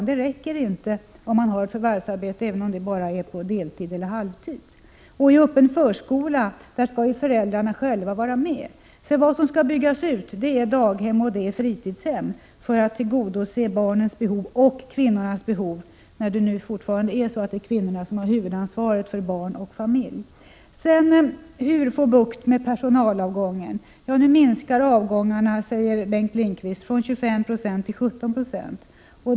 Det räcker inte om man har ett förvärvsarbete, oavsett om det är ett halvtidsarbete eller ett annat deltidsarbete. I den öppna förskolan skall ju föräldrarna dessutom delta i omsorgen. Därför är det daghemmen och fritidshemmen som måste byggas ut för att tillgodose barnens och kvinnornas behov, eftersom det fortfarande är kvinnorna som har huvudansvaret för barn och familj. När det gäller frågan om hur man skall få bukt med personalavgångarna säger Bengt Lindqvist att dessa nu minskar från 25 96 till 17 96.